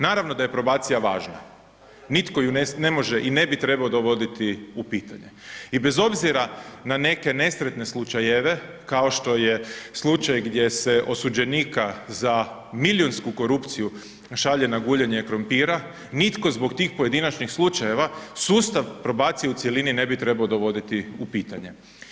Naravno da je probacija važna, nitko ju ne može i ne bi trebao dovoditi u pitanje i bez obzira na neke nesretne slučajeve kao što je slučaj gdje se osuđenika za milijunsku korupciju šalje na guljenje krumpira, nitko zbog tih pojedinačnih slučajeva, sustav probacije u cjelini ne bi trebao dovoditi u pitanje.